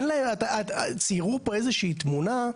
ציירו פה איזושהי תמונה,